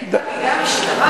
הקלטת הייתה בידי המשטרה.